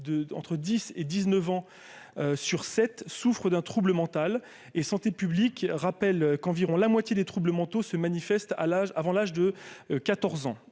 entre 10 et 19 ans sur 7 souffre d'un trouble mental et santé publique rappelle qu'environ la moitié des troubles mentaux se manifeste à l'âge avant l'âge de 14 ans,